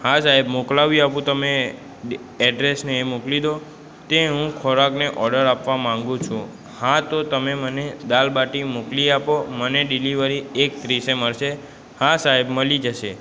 હા સાહેબ મોકલાવી આપું તમે એડ્રેસ ને એ મોકલી દો ત્યાં હું ખોરાકને ઓર્ડર આપવા માગું છું હા તો તમે મને દાલબાટી મોકલી આપો મને ડિલિવરી એક ત્રીસે મળશે હા સાહેબ મળી જશે